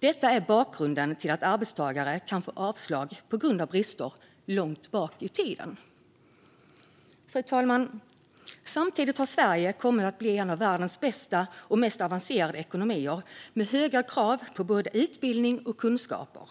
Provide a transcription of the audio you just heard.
Detta är bakgrunden till att arbetstagare kan få avslag på grund av brister långt bakåt i tiden. Fru talman! Samtidigt har Sverige kommit att bli en av världens bästa och mest avancerade ekonomier med höga krav på både utbildning och kunskaper.